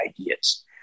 ideas